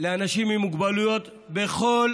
לאנשים עם מוגבלויות בכל